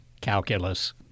calculus